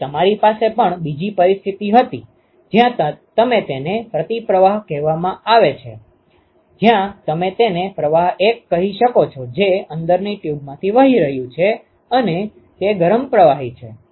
હવે તમારી પાસે પણ બીજી પરિસ્થિતિ હતી જ્યાં તેને પ્રતિપ્રવાહ કહેવામાં આવે છે જ્યાં તમે તેને પ્રવાહી 1 કહી શકો છો જે અંદરની ટ્યુબમાંથી વહી રહ્યું છે અને તે ગરમ પ્રવાહી છે